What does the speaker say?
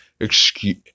excuse